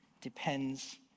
depends